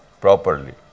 properly